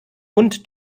und